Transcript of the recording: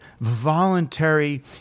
voluntary